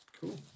cool